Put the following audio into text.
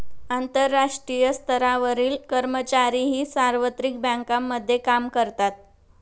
आंतरराष्ट्रीय स्तरावरील कर्मचारीही सार्वत्रिक बँकांमध्ये काम करतात